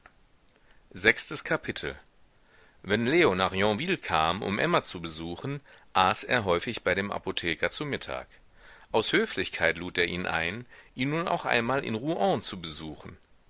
sechstes kapitel wenn leo nach yonville kam um emma zu besuchen aß er häufig bei dem apotheker zu mittag aus höflichkeit lud er ihn ein ihn nun auch einmal in rouen zu besuchen